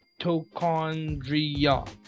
mitochondria